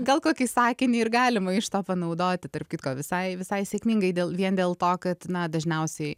gal kokį sakinį ir galima iš to panaudoti tarp kitko visai visai sėkmingai dėl vien dėl to kad na dažniausiai